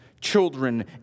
children